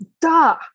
duh